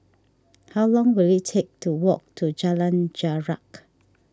how long will it take to walk to Jalan Jarak